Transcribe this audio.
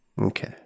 Okay